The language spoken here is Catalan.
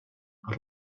per